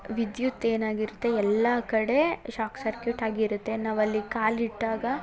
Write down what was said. ವಿದ್ಯುತ್ ಏನಾಗಿರುತ್ತೆ ಎಲ್ಲ ಕಡೆ ಶಾಕ್ ಸರ್ಕ್ಯೂಟ್ ಆಗಿರುತ್ತೆ ನಾವು ಅಲ್ಲಿ ಕಾಲಿಟ್ಟಾಗ